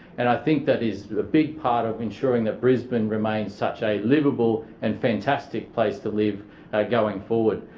and i think that is the big part of ensuring that brisbane remains such a liveable and fantastic place to live going forward.